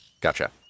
Gotcha